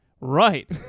Right